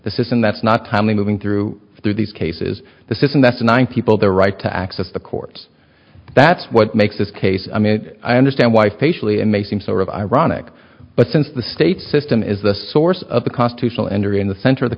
the system that's not timely moving through through these cases the system that's one people their right to access the court that's what makes this case i mean i understand why facially amazing sort of ironic but since the state system is the source of the constitutional enter in the center of the